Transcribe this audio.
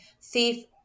thief